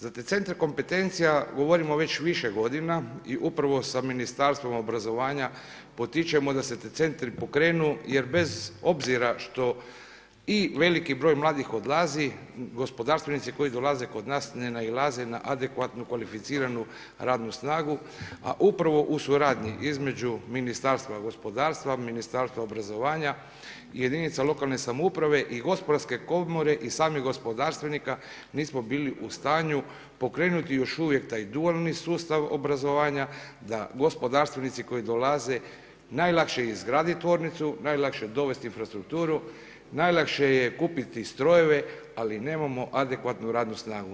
Za te centre kompetencija govorimo već više godina i upravo sa Ministarstvom obrazovanja potičemo da se ti centri pokrenu jer bez obzira što i veliki broj mladih odlazi, gospodarstvenici koji dolaze kod nas ne nailaze na adekvatnu kvalificiranu radnu snagu, a upravo u suradnji između Ministarstva gospodarstva, Ministarstva obrazovanja i jedinica lokalne samouprave i Gospodarske komore i samih gospodarstvenika nismo bili u stanju pokrenuti još uvijek taj dualni sustav obrazovanja da gospodarstvenici koji dolaze najlakše je izgraditi tvornicu, najlakše je dovesti infrastrukturu, najlakše je kupiti strojeve, ali nemamo adekvatnu radnu snagu.